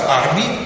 army